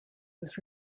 was